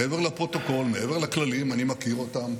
מעבר לפרוטוקול, מעבר לכללים, אני מכיר אותם: